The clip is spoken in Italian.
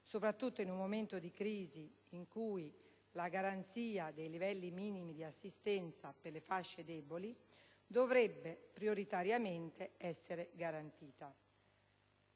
soprattutto in un momento di crisi in cui la garanzia dei livelli minimi di assistenza per le fasce deboli dovrebbe prioritariamente essere garantita.